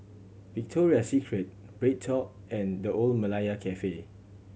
Victoria Secret BreadTalk and The Old Malaya Cafe